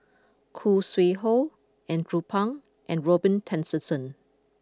Khoo Sui Hoe Andrew Phang and Robin Tessensohn